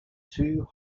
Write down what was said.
too